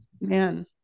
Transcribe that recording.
Man